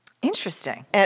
Interesting